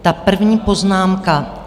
Ta první poznámka.